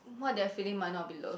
what they're feeling might not be love